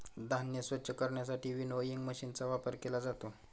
धान्य स्वच्छ करण्यासाठी विनोइंग मशीनचा वापर केला जातो